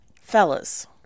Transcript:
fellas